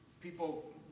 people